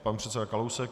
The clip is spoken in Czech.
Pan předseda Kalousek.